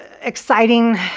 exciting